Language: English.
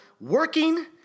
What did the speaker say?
working